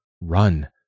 run